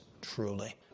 truly